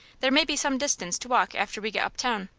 there may be some distance to walk after we get uptown.